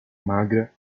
magra